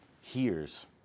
hears